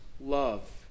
love